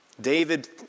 David